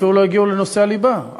אפילו לא הגיעו לנושא הליבה.